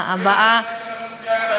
חברת הכנסת,